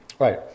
Right